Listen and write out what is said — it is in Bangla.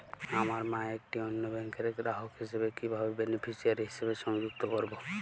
আমার মা একটি অন্য ব্যাংকের গ্রাহক হিসেবে কীভাবে বেনিফিসিয়ারি হিসেবে সংযুক্ত করব?